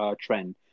trend